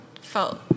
felt